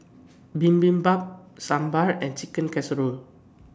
Bibimbap Sambar and Chicken Casserole